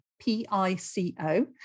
P-I-C-O